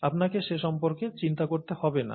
আপনাকে সে সম্পর্কে চিন্তা করতে হবে না